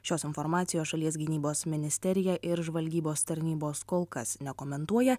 šios informacijos šalies gynybos ministerija ir žvalgybos tarnybos kol kas nekomentuoja